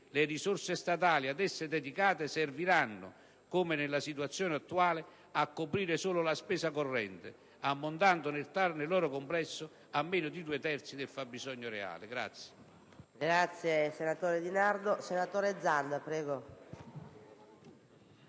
le risorse statali ad essa dedicate serviranno, come nella situazione attuale, a coprire solo la spesa corrente, ammontando, nel loro complesso, a meno di due terzi del fabbisogno reale.